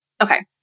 Okay